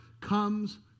comes